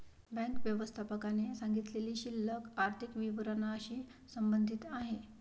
bank व्यवस्थापकाने सांगितलेली शिल्लक आर्थिक विवरणाशी संबंधित आहे